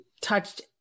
touched